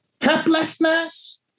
helplessness